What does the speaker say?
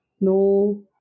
no